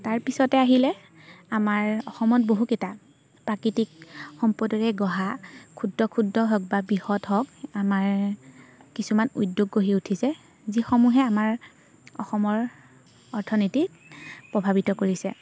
তাৰপিছতে আহিলে আমাৰ অসমত বহুকেইটা প্ৰাকৃতিক সম্পদৰে গঢ়া ক্ষুদ্ৰ ক্ষুদ্ৰ হওক বা বৃহৎ হওক আমাৰ কিছুমান উদ্যোগ গঢ়ি উঠিছে যিসমূহে আমাৰ অসমৰ অৰ্থনীতিত প্ৰভাৱিত কৰিছে